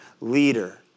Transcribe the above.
leader